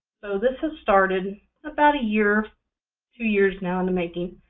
so this has started about a year or two years now in the making,